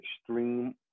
extreme